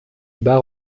bas